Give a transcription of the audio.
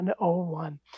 101